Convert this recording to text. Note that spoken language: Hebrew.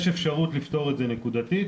יש אפשרות לפתור את זה נקודתית,